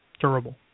Terrible